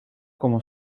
como